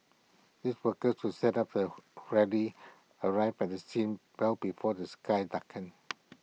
these workers who set up the rally arrive at the scene well before the sky darkens